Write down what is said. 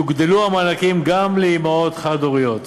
יוגדלו המענקים גם לאימהות חד הוריות.